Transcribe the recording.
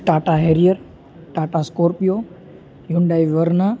Tata Harrier Tata Scorpio Hyundai Verna